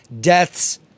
deaths